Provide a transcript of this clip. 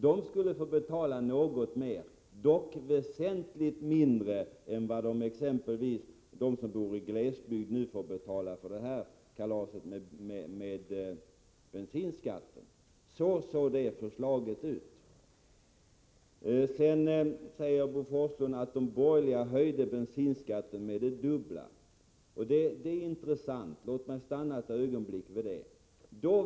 De skulle få betala något mer, dock väsentligt mindre än vad exempelvis de som bor i glesbygd nu får betala för det kalaset med höjningen av bensinskatten. Så såg vårt förslag ut. Bo Forslund sade att de borgerliga höjde bensinskatten dubbelt så mycket. Detta är intressant, och låt mig stanna ett ögonblick vid det.